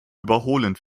überholen